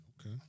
Okay